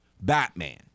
Batman